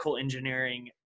engineering